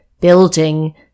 building